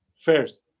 First